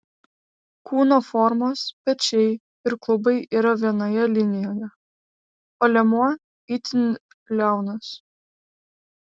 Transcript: kūno formos pečiai ir klubai yra vienoje linijoje o liemuo itin liaunas